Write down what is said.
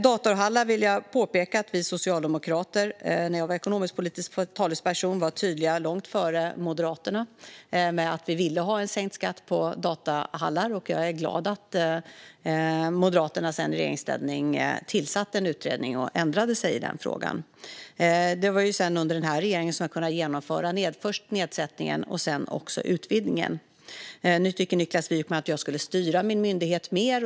Jag vill påpeka att vi socialdemokrater var tydliga med, när jag var ekonomisk-politisk talesperson och långt före Moderaterna, att vi ville ha en sänkt skatt på datorhallar. Jag är glad att Moderaterna sedan i regeringsställning tillsatte en utredning och ändrade sig i den frågan. Sedan har vi under den här regeringen kunnat genomföra först nedsättningen och sedan också utvidgningen. Niklas Wykman tycker att jag skulle styra min myndighet mer.